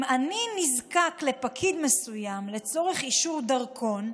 אם אני נזקק לפקיד מסוים לצורך אישור דרכון,